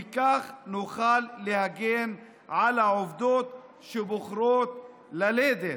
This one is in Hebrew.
וכך נוכל להגן על העובדות שבוחרות ללדת.